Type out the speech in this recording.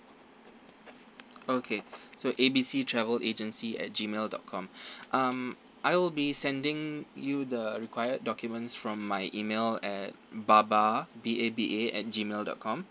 okay so A B C travel agency at G mail dot com um I'll be sending you the required documents from my email at baba B A B A at G mail dot com